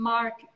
Mark